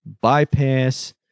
bypass